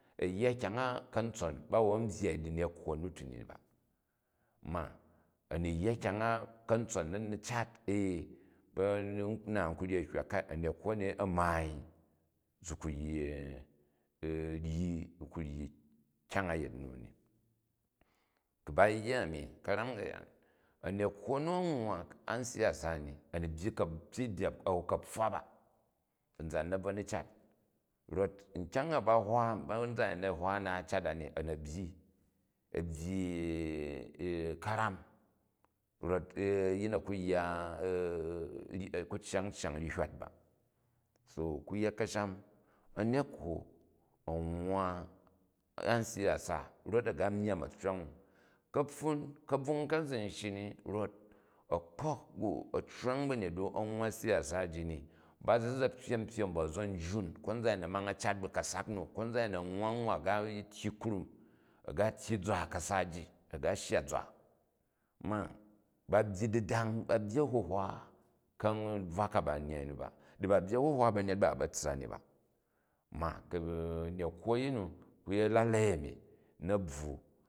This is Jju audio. A̱yya kyang a ka̱ntson ba won byyai chnekwo nu ti ni ba. Ma a̱ ni yya kya̱ng ka̱ntson na̱ ni cat ee ba na n ku ryi a̱ hywa ka a̱ne kwo a̱ni a̱ maai zi ku vyi kyang a yet nin ni. Ku ba yya ami ka̱ran ka̱yan a̱nekwo na a̱ nwwa a siyasa ni, a̱ in byye byep a̱u ka̱pfwo ba, a̱nzan na̱ bvo ni cat? Rot nkyang a ba hwa, konzan a̱yin na hwa a̱ naat cat a ni, a̱ nə byyi. A byyi ka̱ram rot a̱yin a̱ ku yya a̱ ku gjang, cajang ryi hywat ba. So ku yet kasham a̱nekwo a̱ nwwa a siyasa, rot a̱ ga mygaun accura̱ng u. Kapfun ka̱bvang ka zun shyi rot a̱kpa̱k u, a̱ccway ba̱njet u, a̱ nwai siyasa ji ni ba za̱ pyyem pyyem ba a̱za̱jjuni ka̱nzan a̱yin a̱mang a̱ cat ba ka̱sak na, konzan a̱pin a̱ nwwa nwwa a̱ ga tyyi ihram, a̱ ga tyyi zwa ka̱sa ji, a̱ ga shya zwa. Ma ba byyi didang, ba byyi a̱huhwa kabvwa ka ba n nyyai ni ba di ba byyi a̱huhwa ba̱nyet ba a̱ ba̱ tssa ni ba. Ma̱ ku a̱nekwo a̱yin nu, ku yet a̱lalei ani na̱ bvwo.